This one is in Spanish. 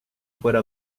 fuera